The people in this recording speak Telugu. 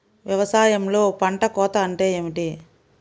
వ్యవసాయంలో పంట కోత అంటే ఏమిటి?